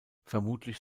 vermutlich